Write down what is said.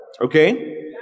Okay